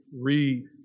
read